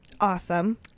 Awesome